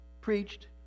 preached